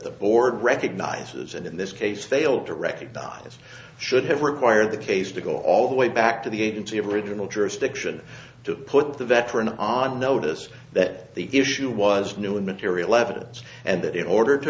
the board recognizes and in this case fail to recognize should have required the case to go all the way back to the agency of original jurisdiction to put the veteran on notice that the issue was new material evidence and that in order to